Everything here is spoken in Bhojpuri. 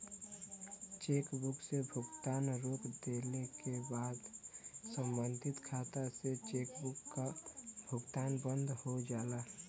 चेकबुक से भुगतान रोक देले क बाद सम्बंधित खाता से चेकबुक क भुगतान बंद हो जाला